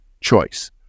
choice